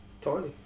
Tiny